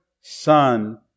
son